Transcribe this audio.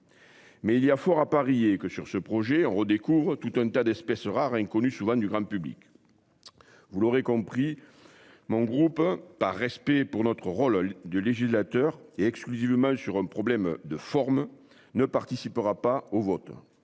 Mais il y a fort à parier que sur ce projet on redécouvre tout un tas d'espèces rares inconnues souvent du grand public. Vous l'aurez compris. Mon groupe par respect pour notre rôle de législateur est exclusivement sur un problème de forme ne participera pas au vote